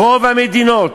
רוב המדינות,